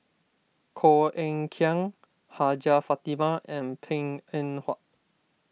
Koh Eng Kian Hajjah Fatimah and Png Eng Huat